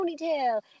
ponytail